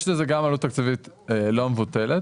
יש לזה גם עלות תקציבית לא מבוטלת.